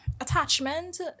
attachment